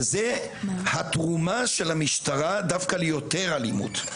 וזה התרומה של המשטרה דווקא ליותר אלימות.